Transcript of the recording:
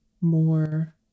more